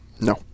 No